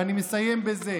ואני מסיים בזה,